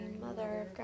Mother